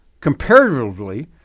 Comparatively